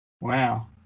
Wow